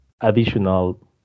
additional